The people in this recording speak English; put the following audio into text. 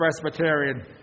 Presbyterian